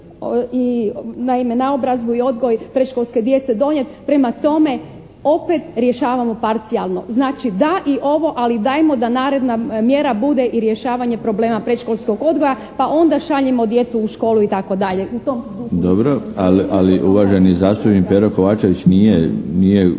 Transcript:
naobrazbu i odgoj predškolske djece donijet. Prema tome, opet rješavamo parcijalno. Znači, da i ovo ali dajmo da naredna mjera bude i rješavanje problema predškolskog odgoja pa onda šaljimo djecu u školu itd. U tom duhu …/Govornik nije uključen./…